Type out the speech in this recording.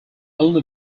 only